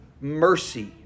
Mercy